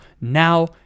Now